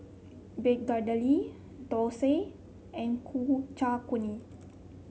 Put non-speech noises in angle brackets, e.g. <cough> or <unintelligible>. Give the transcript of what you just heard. begedil dosa and Ku <unintelligible> Chai Kuih